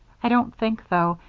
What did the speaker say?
i don't think, though,